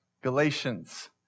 Galatians